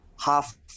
half